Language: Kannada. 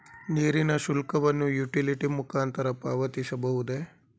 ನೀರಿನ ಶುಲ್ಕವನ್ನು ಯುಟಿಲಿಟಿ ಮುಖಾಂತರ ಪಾವತಿಸಬಹುದೇ?